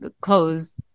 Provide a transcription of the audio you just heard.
clothes